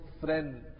friend